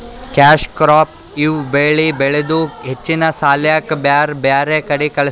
cash crop ಇವ್ ಬೆಳಿ ಬೆಳದು ಹೆಚ್ಚಿನ್ ಸಾಲ್ಯಾಕ್ ಬ್ಯಾರ್ ಬ್ಯಾರೆ ಕಡಿ ಕಳಸ್ತಾರ್